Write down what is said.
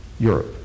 Europe